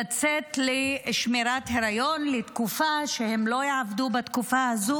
לצאת לשמירת היריון לתקופה שלא יעבדו בה,